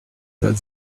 but